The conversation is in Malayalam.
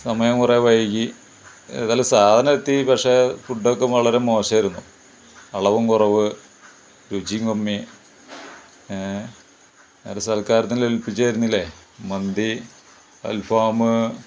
സമയം കുറേ വൈകി ഏതായാലും സാധനമെത്തി പക്ഷേ ഫുഡ്ഡൊക്കെ വളരെ മോശമായിരുന്നു അളവും കുറവ് രുചിയും കമ്മി ഒരു സത്ക്കാരത്തിനേൽപ്പിച്ച ആയിരുന്നില്ലെ മന്തി അൽഫാം